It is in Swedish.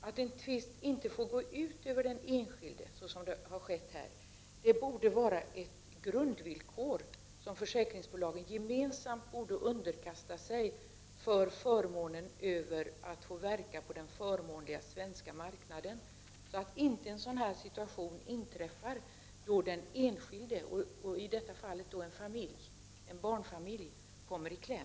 Att en tvist inte får gå ut över den enskilde så som här har skett, borde vara ett grundvillkor, som försäkringsbolagen gemensamt borde underkasta sig för förmånen att få verka på den förmånliga svenska marknaden, så att en sådan situation inte inträffar att den enskilde — i det här fallet en barnfamilj — kommer i kläm.